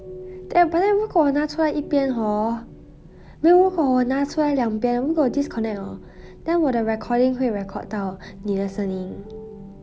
如果我拿出来一边:ru guoo wo na chu lai yi bian hor 没有如果我拿出来两边如果我:mei you ru guoo wo na chu lai liang bian ru guoo wo disconnect hor 我的 recording 会 record 到你的声音:dao ni de shengng yin